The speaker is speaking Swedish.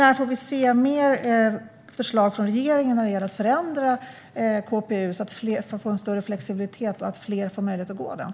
När får vi se fler förslag från regeringen om att förändra KPU så att det blir större flexibilitet och så att fler kan gå utbildningen?